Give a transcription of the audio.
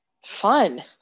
fun